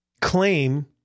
claim